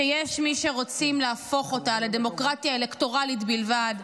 שיש מי שרוצים להפוך אותה לדמוקרטיה אלקטורלית בלבד,